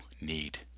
need